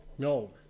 No